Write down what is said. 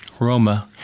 Roma